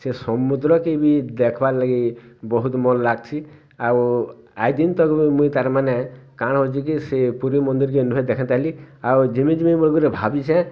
ସେ ସମୁଦ୍ର କେ ବି ଦେଖବାର୍ ଲାଗି ବହୁତ୍ ମନ୍ ଲାଗ୍ଛି ଆଉ ଆଏଜ୍ ଦିନ୍ ତକ୍ ମୁଇଁ ତାର୍ମାନେ କାଣା ଅଛେ କି ସେ ପୁରୀ ମନ୍ଦିର୍ କେ ନୁହେ ଦେଖେ ତାଲି ଆଉ ଜିମି ଜିମି ବୋଲି ଭାବିସେ